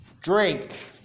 drink